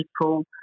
people